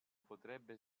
potrebbe